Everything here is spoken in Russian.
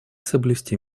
соблюсти